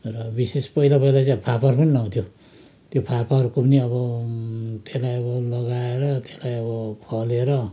र विशेष पहिला पहिला चाहिँ फापर पनि लगाउँथ्यो त्यो फापरको नि अब त्यसलाई अब लगाएर त्यसलाई अब फलेर